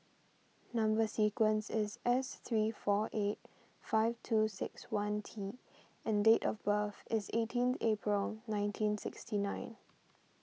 Number Sequence is S three four eight five two six one T and date of birth is eighteenth April nineteen sixty nine